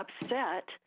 upset